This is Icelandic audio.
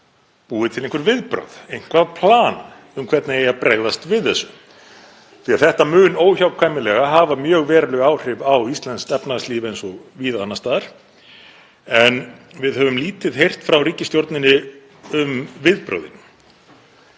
búið til einhver viðbrögð, eitthvert plan um hvernig eigi að bregðast við þessu? Því að þetta mun óhjákvæmilega hafa mjög veruleg áhrif á íslenskt efnahagslíf eins og víða annars staðar, en við höfum lítið heyrt frá ríkisstjórninni um viðbrögðin.